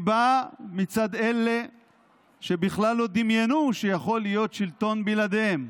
היא באה מצד אלה שבכלל לא דמיינו שיכול להיות שלטון בלעדיהם,